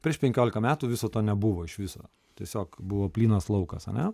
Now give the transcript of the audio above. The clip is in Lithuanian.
prieš penkiolika metų viso to nebuvo iš viso tiesiog buvo plynas laukas ane